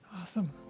Awesome